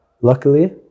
luckily